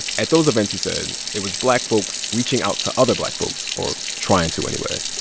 at those events, he said, it was black folks reaching out to other black folks or trying to, anyway.